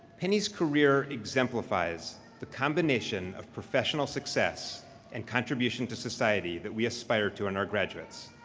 penny's career exemplifies the combination of professional success and contribution to society that we aspire to in our graduates.